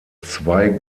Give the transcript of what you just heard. zwei